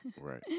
Right